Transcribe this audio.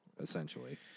Essentially